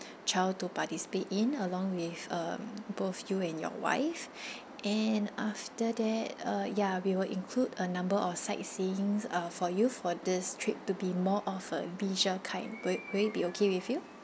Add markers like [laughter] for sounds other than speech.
child to participate in along with um both you and your wife [breath] and after that uh ya we will include a number of sightseeing uh for you for this trip to be more of a visual kind breakaway be okay with you